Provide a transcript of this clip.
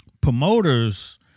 promoters